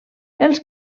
els